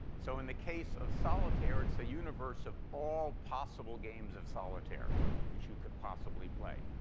so in the case of solitaire, it's a universe of all possible games of solitaire that you could possibly play.